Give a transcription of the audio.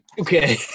Okay